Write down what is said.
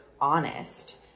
honest